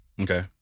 okay